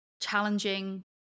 challenging